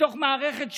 בתוך מערכת שלמה,